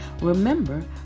Remember